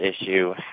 issue